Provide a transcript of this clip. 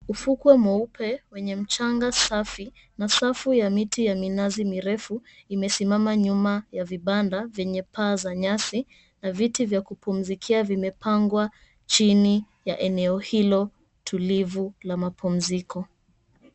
Ufukwe mweupe, wenye mchanga safi na safu ya miti ya minazi mirefu, imesimama nyuma ya vibanda vyenye paa za nyasi na viti vya kupumzikia vimepangwa chini ya eneo hilo tulivu la mapumziko.